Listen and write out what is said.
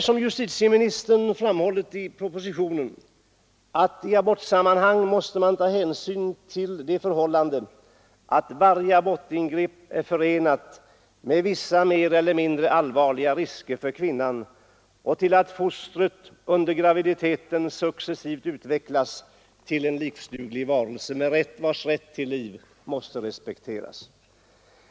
Som departementschefen framhållit i propositionen måste man i abortsammanhang ta hänsyn till att varje abortingrepp är förenat med vissa mer eller mindre allvarliga risker för kvinnan och till att fostret under graviditeten successivt utvecklas till en livsduglig varelse vars rätt till liv måste respekteras.